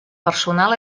personal